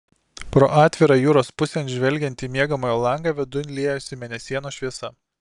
pro atvirą jūros pusėn žvelgiantį miegamojo langą vidun liejosi mėnesienos šviesa